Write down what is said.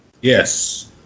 yes